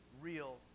real